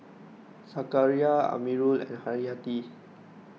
Zakaria Amirul and Haryati